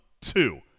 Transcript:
two